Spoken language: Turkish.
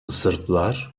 sırplar